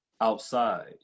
outside